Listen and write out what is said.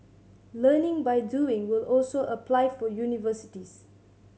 learning by doing will also apply for universities